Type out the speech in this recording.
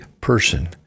person